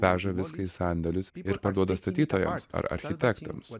veža viską į sandėlius ir parduoda statytojams ar architektams